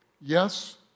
Yes